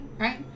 right